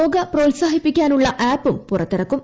യോഗ പ്രോത്സാഹിപ്പിക്കാനുള്ള ആപ്പും പുറത്തിറക്കും